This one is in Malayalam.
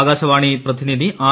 ആകാശവാണി പ്രതിനിധി ആർ